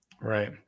right